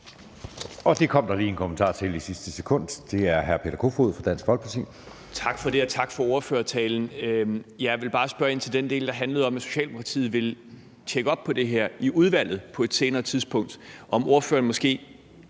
Det kom der lige en kommentar i sidste sekund. Den er fra hr. Peter Kofod fra Dansk Folkeparti. Kl. 11:35 Peter Kofod (DF): Tak for det, og tak for ordførertalen. Jeg ville bare spørge ind til den del, der handlede om, at Socialdemokratiet ville tjekke op på det her i udvalget på et senere tidspunkt, og spørge, om ordføreren måske